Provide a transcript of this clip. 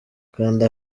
kanda